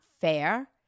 fair